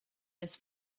this